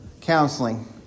counseling